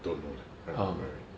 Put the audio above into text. don't know leh cannot remember already